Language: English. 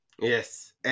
yes